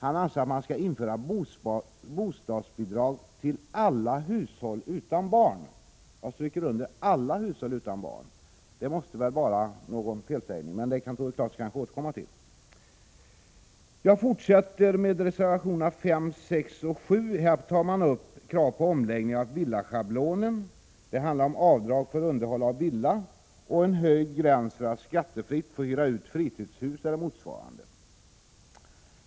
Han anser att man skall införa bostadsbidrag till alla hushåll utan barn. Jag kanske missuppfattade Tore Claeson, eller också var det en felsägning. Tore Claeson kanske kan återkomma till detta. I reservationerna 5, 6 och 7 tas upp krav på omläggning av villaschablonen, avdrag för underhåll av villa och en höjd gräns för skattefri uthyrning av fritidshus eller motsvarande.